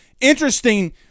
Interesting